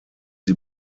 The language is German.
sie